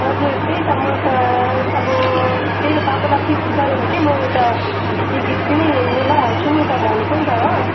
हजुर त्यही त मैले त अब त्यही त तपाईँलाई फिक्स गरेँ भने चाहिँ म उता टिकट पनि मिलाइहाल्छु नि त भनेको नि त हो